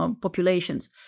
populations